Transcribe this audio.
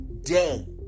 day